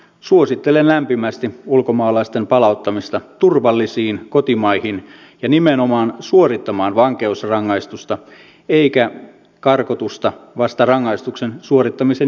suosittelen lämpimästi ulkomaalaisten palauttamista turvallisiin kotimaihin ja nimenomaan suorittamaan vankeusrangaistusta enkä karkotusta vasta rangaistuksen suorittamisen jälkeen